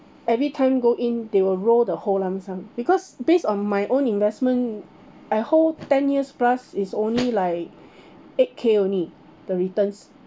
everytime go in they will roll the whole lump sum because based on my own investment I hold ten years plus is only like eight K only the returns